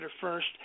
first